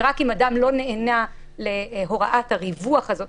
ורק אם אדם לא נענה להוראת הריווח הזאת,